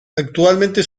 actualmente